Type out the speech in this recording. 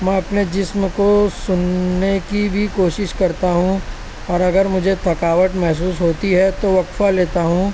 میں اپنے جسم کو سننے کی بھی کوشش کرتا ہوں اور اگر مجھے تھکاوٹ محسوس ہوتی ہے تو وقفہ لیتا ہوں